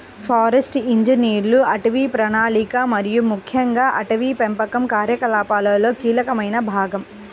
forest ఇంజనీర్లు అటవీ ప్రణాళిక మరియు ముఖ్యంగా అటవీ పెంపకం కార్యకలాపాలలో కీలకమైన భాగం